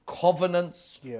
Covenants